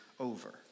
over